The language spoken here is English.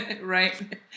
right